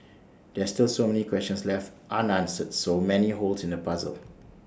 there are still so many questions left so many holes in the puzzle